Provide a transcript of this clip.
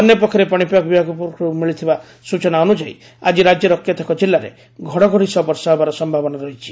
ଅନ୍ୟପକ୍ଷରେ ପାଶିପାଗ ବିଭାଗ ପକ୍ଷରୁ ମିଳିଥିବା ସ୍ଚନା ଅନୁଯାୟୀ ଆକି ରାଜ୍ୟର କେତେକ ଜିଲ୍ଲାରେ ଘଡ଼ଘଡ଼ି ସହ ବର୍ଷା ହେବାର ସୟାବନା ରହିଛି